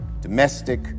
domestic